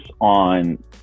on